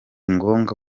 ngombwa